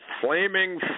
flaming